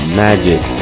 magic